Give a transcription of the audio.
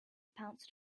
pounced